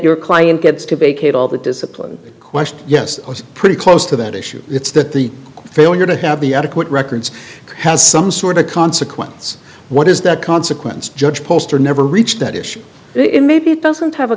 your client gets to be kate all the discipline question yes or pretty close to that issue it's that the failure to have the adequate records has some sort of consequence what is that consequence judge poster never reached that issue it maybe it doesn't have a